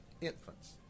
infants